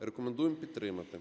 Рекомендуємо підтримати.